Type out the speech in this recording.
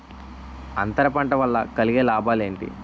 అంతర పంట వల్ల కలిగే లాభాలు ఏంటి